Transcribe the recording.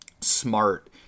smart